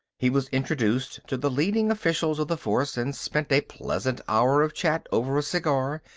he was introduced to the leading officials of the force, and spent a pleasant hour of chat over a cigar,